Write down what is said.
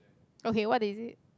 okay what is it